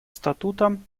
статутом